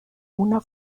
una